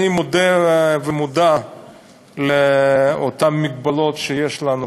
אני מודה ומודע לאותן מגבלות שיש לנו,